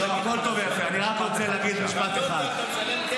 אני רק רוצה להגיד משפט אחד --- מה קורה?